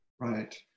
Right